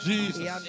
Jesus